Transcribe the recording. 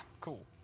Cool